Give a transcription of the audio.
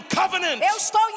covenant